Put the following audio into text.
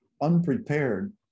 unprepared